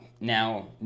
Now